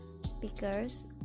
speakers